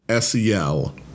SEL